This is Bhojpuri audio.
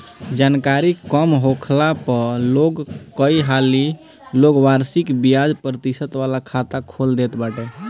जानकरी कम होखला पअ लोग कई हाली लोग वार्षिक बियाज प्रतिशत वाला खाता खोल देत बाटे